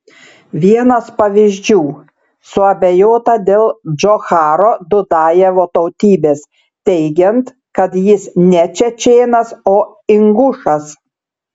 vienas pavyzdžių suabejota dėl džocharo dudajevo tautybės teigiant kad jis ne čečėnas o ingušas